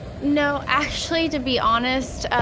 no actually to be honest,